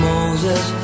Moses